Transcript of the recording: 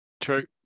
True